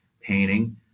painting